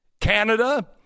Canada